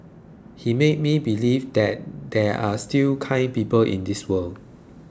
he made me believe that there are still kind people in this world